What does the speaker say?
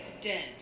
dead